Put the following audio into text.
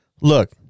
look